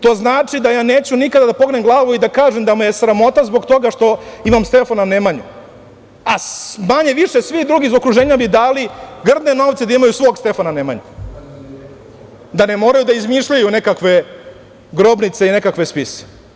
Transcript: To znači da ja neću nikada da pognem glavu i da kažem da me je sramota zbog toga što imam Stefana Nemanju, a manje-više svi drugi iz okruženja bi dali grdne novce da imaju svog Stefana Nemanju, da ne moraju da izmišljaju nekakve grobnice i nekakve spise.